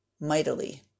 mightily